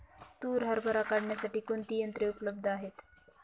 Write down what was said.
तूर हरभरा काढण्यासाठी कोणती यंत्रे उपलब्ध आहेत?